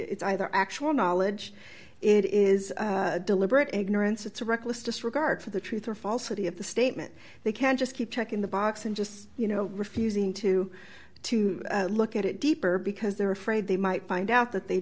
is either actual knowledge it is deliberate ignorance it's a reckless disregard for the truth or falsity of the statement they can't just keep checking the box and just you know refusing to to look at it deeper because they're afraid they might find out that they